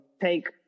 take